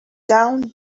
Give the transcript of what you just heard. down